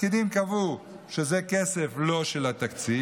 הפקידים קבעו שזה כסף לא של התקציב,